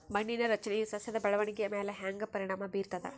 ಮಣ್ಣಿನ ರಚನೆಯು ಸಸ್ಯದ ಬೆಳವಣಿಗೆಯ ಮ್ಯಾಲ ಹ್ಯಾಂಗ ಪರಿಣಾಮ ಬೀರ್ತದ?